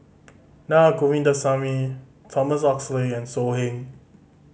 Naa Govindasamy Thomas Oxley and So Heng